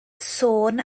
sôn